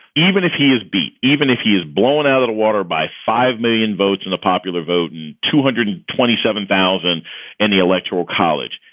even if he is beat, even if he is blown out of the water by five million votes in the popular vote. and two hundred and twenty seven thousand in the electoral college.